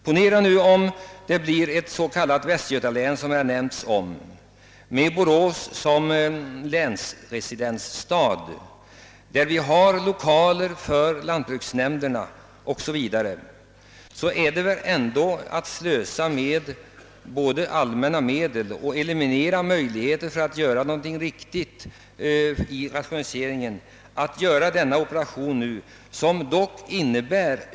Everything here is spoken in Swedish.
Ponera nu att det blir ett s.k. västgötalän med Borås som residensstad, vilket inte är otroligt, där det finns 1okaler för lantbruksnämnder o.s.v. Om en sådan operation görs nu, måste det innebära ett slöseri med medel samtidigt som det innebär ett eliminerande av möjligheterna att få till stånd en snabb och effektiv rationalisering.